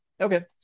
Okay